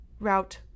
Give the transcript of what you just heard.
route